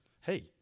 Hey